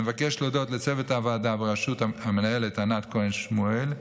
אני מבקש להודות לצוות הוועדה בראשות המנהלת ענת כהן שמואל,